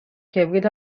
کبریت